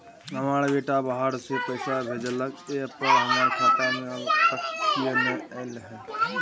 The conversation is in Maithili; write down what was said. हमर बेटा बाहर से पैसा भेजलक एय पर हमरा खाता में अब तक किये नाय ऐल है?